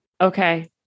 Okay